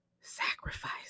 Sacrifice